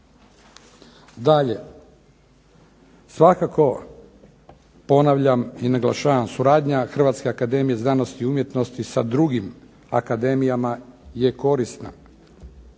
Dalje, svakako ponavljam i naglašavam suradnja Hrvatske akademije znanosti i umjetnosti sa drugim akademijama je korisna.